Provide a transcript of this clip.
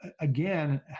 again